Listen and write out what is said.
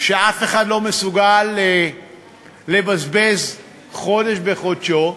שאף אחד לא מסוגל לבזבז חודש בחודשו,